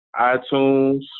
iTunes